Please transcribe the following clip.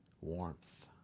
warmth